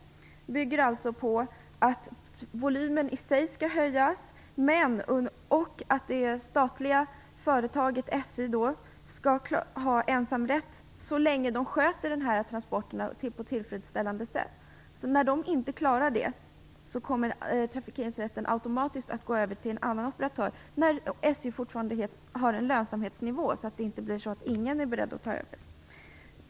Vår modell här bygger alltså på att volymen i sig skall höjas och att det statliga företaget SJ skall ha ensamrätt så länge dessa transporter sköts på ett tillfredsställande sätt. När SJ inte klarar det kommer trafikeringsrätten automatiskt att gå över till en annan operatör, under förutsättning att SJ fortfarande går med lönsamhet. Det får inte bli så att det inte är någon som är beredd att ta över.